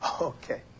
Okay